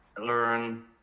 learn